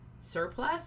surplus